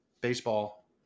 baseball